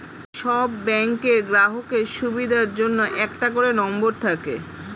সব ব্যাংকের গ্রাহকের সুবিধার জন্য একটা করে নম্বর থাকে